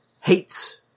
hates